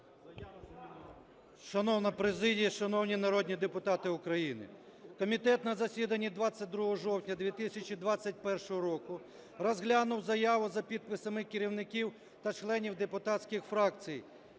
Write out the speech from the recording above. Шановна президія, шановні народні депутати України, комітет на засіданні 22 жовтня 2021 року розглянув заяву за підписами керівників та членів депутатських фракцій